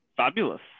Fabulous